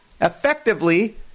effectively